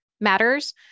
matters